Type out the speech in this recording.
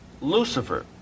lucifer